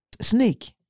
Snake